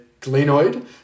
glenoid